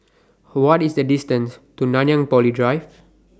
What IS The distance to Nanyang Poly Drive